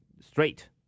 straight